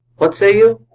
what say you?